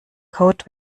code